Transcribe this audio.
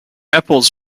apples